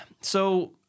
So-